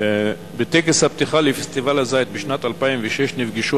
בטקס הפתיחה לפסטיבל הזית בשנת 2006 נפגשו